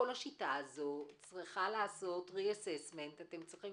כל השיטה הזו צריכה לעשות חשיבה מחודשת אתם צריכים